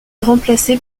remplacée